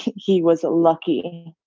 he was lucky.